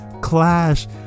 clash